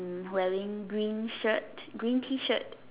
mm wearing green shirt green T shirt